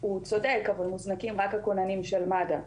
הוא צודק, אבל מוזנקים רק הכוננים של מד"א,